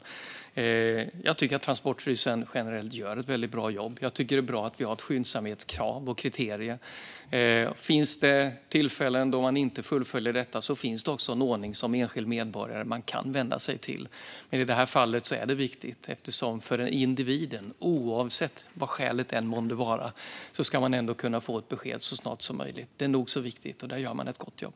Jag tycker att Transportstyrelsen generellt gör ett väldigt bra jobb. Jag tycker att det är bra att vi har ett skyndsamhetskrav och kriterier. Finns det tillfällen då man inte fullföljer detta finns det en ordning dit den enskilde medborgaren kan vända sig, vilket är viktigt. Vad skälet än månde vara ska individen ändå kunna få ett besked så snart som möjligt. Det är nog så viktigt, och där gör man ett gott jobb.